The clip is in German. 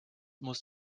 muss